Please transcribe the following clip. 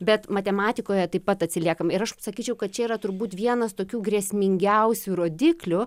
bet matematikoje taip pat atsiliekam ir aš sakyčiau kad čia yra turbūt vienas tokių grėsmingiausių rodiklių